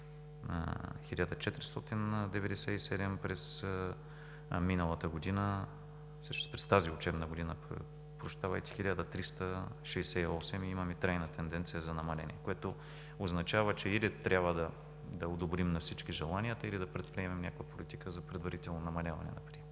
1497, а през тази учебна година – 1368, и имаме трайна тенденция за намаление, което означава, че или трябва да одобрим на всички желанията, или да предприемем някаква политика за предварително намаляване. От друга